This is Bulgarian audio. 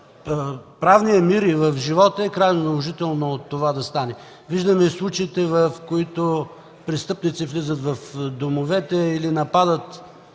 правния мир и в живота е крайно наложително това да стане. Виждаме случаи, при които престъпници влизат в домовете или нападат